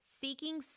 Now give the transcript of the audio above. seeking